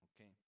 Okay